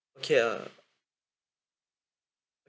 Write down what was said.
okay uh